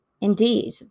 Indeed